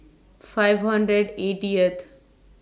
five hundred eightieth